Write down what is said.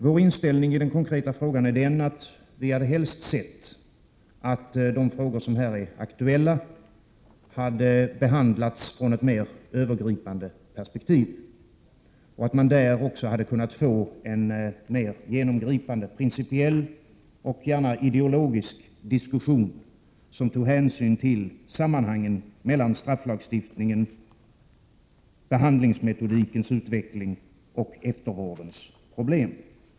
Vår inställning i den konkreta frågan är den att vi helst hade sett att de frågor som här är aktuella hade behandlats i ett mer övergripande perspektiv och att man då också hade kunnat få en mer genomgripande principiell och gärna ideologisk diskussion, som tar hänsyn till sammanhangen mellan strafflagstiftningen, behandlingsmetodikens utveckling och eftervårdens problem.